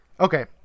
Okay